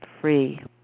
free